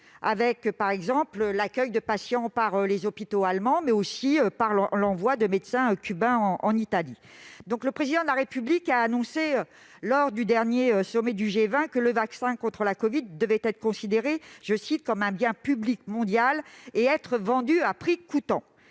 pense, par exemple, à l'accueil de patients français par les hôpitaux allemands, mais aussi à l'envoi de médecins cubains en Italie. Le Président de la République a indiqué lors du dernier sommet du G20 que le vaccin contre la covid-19 devait être considéré comme un « bien public mondial » et être vendu à prix coûtant.